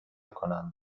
کنند